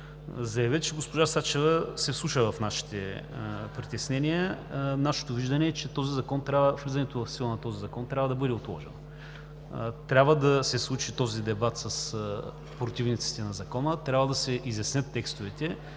заявя, че госпожа Сачева се вслуша в нашите притеснения. Нашето виждане е, че влизането в сила на този закон трябва да бъде отложено. Трябва да се случи този дебат с противниците на Закона, трябва да се изяснят текстовете